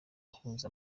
uhuza